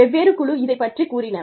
வெவ்வேறு குழு இதைப் பற்றிக் கூறின